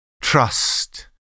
Trust